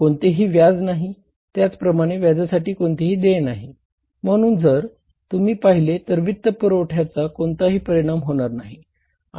कोणतेही व्याज नाही त्याचप्रमाणे व्याजासाठी कोणतेही देय नाही म्हणून जर तुम्ही पाहिले तर वित्तपुरवठ्याचा कोणताही परिणाम होणार नाही